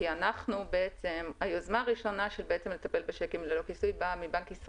(ג)בסעיף זה, "בנק מקורי"